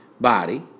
body